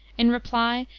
in reply,